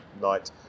Night